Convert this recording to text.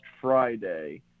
Friday